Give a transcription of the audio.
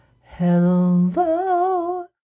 hello